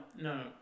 no